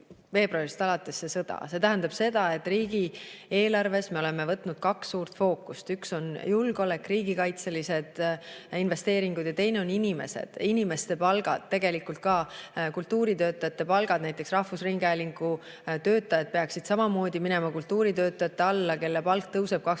See tähendab seda, et riigieelarves meil on kaks suurt fookust, üks on julgeolek, riigikaitselised investeeringud, ja teine on inimesed, inimeste palgad, ka kultuuritöötajate palgad. Näiteks rahvusringhäälingu töötajad peaksid samamoodi minema kultuuritöötajate alla, kelle palk tõuseb 23%,